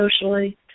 socially